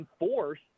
enforce